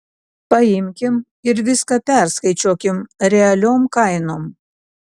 paimkim ir viską perskaičiuokim realiom kainom